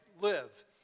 live